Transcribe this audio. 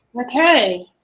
okay